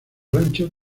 ranchos